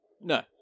No